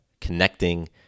connecting